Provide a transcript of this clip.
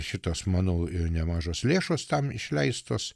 šitos mano ir nemažos lėšos tam išleistos